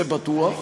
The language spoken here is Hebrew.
זה בטוח.